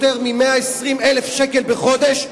יותר מ-120,000 ש"ח בחודש,